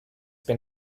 been